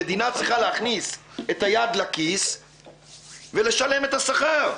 המדינה צריכה להכניס את היד לכיס ולשלם את השכר,